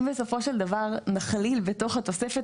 אם בסופו של דבר נכליל בתוך התוספת